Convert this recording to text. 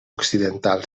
occidental